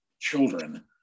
children